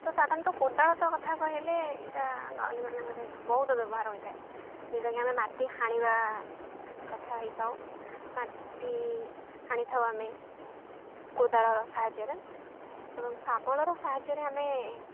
ତ ସାଧାରଣତଃ କୋଦାଳ ତ କଥା କହିଲେ ଏଇଟା ଗାଉଁଲି ମାନଙ୍କରେ ବହୁତ ବ୍ୟବହାର ହୋଇଥାଏ ଯୋଉଟାକି ଆମେ ମାଟି ହାଣିବା କଥା ହେଇଥାଉ ମାଟି ହାଣିଥାଉ ଆମେ କୋଦାଳର ସାହାଯ୍ୟରେ ଏବଂ ଶାବଳର ସାହାଯ୍ୟରେ ଆମେ